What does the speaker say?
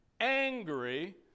angry